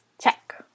Check